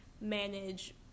manage